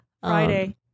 Friday